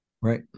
Right